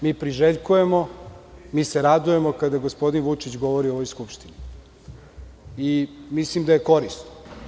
Mi priželjkujemo, mi se radujemo kada gospodin Vučić govori u ovoj Skupštini i mislim da je korisno.